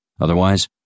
Otherwise